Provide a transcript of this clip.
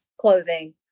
clothing